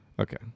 Okay